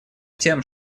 тем